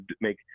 make